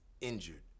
injured